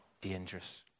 dangerous